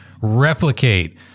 replicate